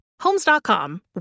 Homes.com